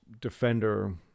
defender